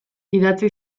idatzi